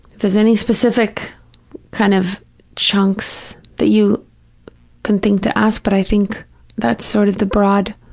there's any specific kind of chunks that you can think to ask, but i think that's sort of the broad,